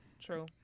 True